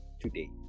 today